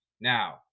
Now